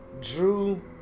Drew